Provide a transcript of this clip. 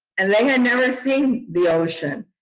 and they had never seen the ocean.